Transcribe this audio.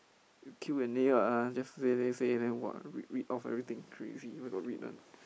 you Q and A ah just say say say then what read read off everything crazy where got read one